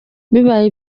bibaye